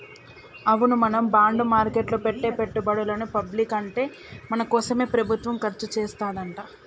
అవును మనం బాండ్ మార్కెట్లో పెట్టే పెట్టుబడులని పబ్లిక్ అంటే మన కోసమే ప్రభుత్వం ఖర్చు చేస్తాడంట